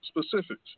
specifics